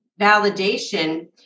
validation